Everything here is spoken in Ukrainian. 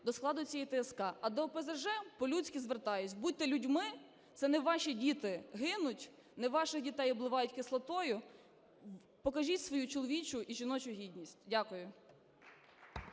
до складу цієї ТСК. А до ОПЗЖ по-людськи звертаюсь: будьте людьми, це не ваші діти гинуть, не ваших дітей обливають кислотою, покажіть свою чоловічу і жіночу гідність. Дякую.